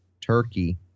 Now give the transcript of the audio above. Turkey